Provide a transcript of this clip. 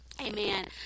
Amen